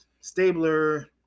Stabler